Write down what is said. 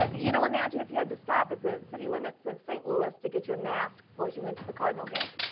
ah you know, imagine if you have to stop at the city limits of st. louis to get your mask before you went to the cardinal games.